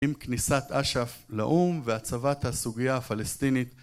עם כניסת אש״ף לאום והצבת הסוגיה הפלסטינית...